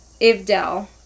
Ivdel